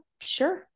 sure